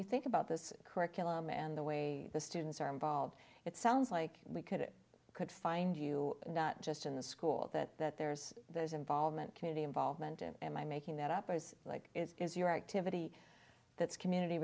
you think about this curriculum and the way the students are involved it sounds like we could it could find you just in the school that that there's there's involvement community involvement in am i making that up i was like is your activity that's community